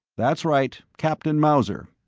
that's right, captain mauser.